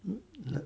mm